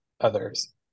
others